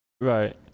right